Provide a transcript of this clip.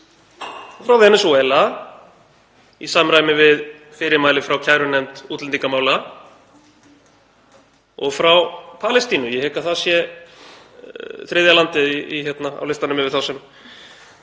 frá Venesúela, í samræmi við fyrirmæli frá kærunefnd útlendingamála, og frá Palestínu. Ég hygg að það sé þriðja landið á listanum yfir þau